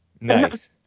Nice